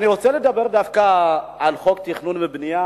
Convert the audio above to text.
אני רוצה לדבר דווקא על חוק התכנון והבנייה